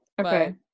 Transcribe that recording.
okay